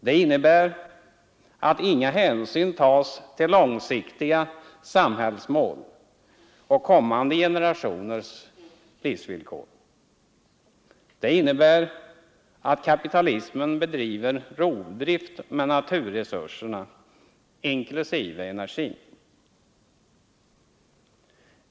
Det innebär att inga hänsyn tas till långsiktiga samhällsmål och kommande generationers levnadsvillkor. Det innebär att kapitalismen bedriver rovdrift med naturresurserna inklusive energin.